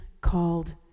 called